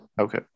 Okay